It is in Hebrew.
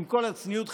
עם כל הצניעות,